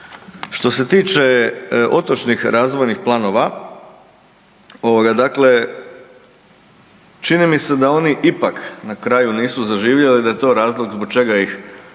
Što se tiče otočnih razvojnih planova ovoga dakle čini mi se da oni ipak na kraju nisu zaživjeli i da je to razlog zbog čega ih